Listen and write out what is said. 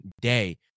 day